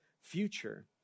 future